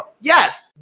yes